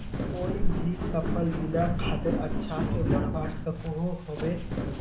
कोई भी सफल बिना खादेर अच्छा से बढ़वार सकोहो होबे?